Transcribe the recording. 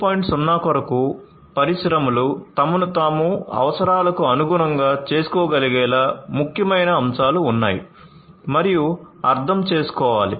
0 కొరకు పరిశ్రమలు తమను తాము అవసరాలకు అనుగుణంగా చేసుకోగలిగేలా ముఖ్యమైన అంశాలు ఉన్నాయి మరియు అర్థం చేసుకోవాలి